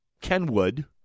Kenwood